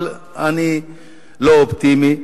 אבל אני לא אופטימי.